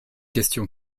question